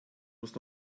muss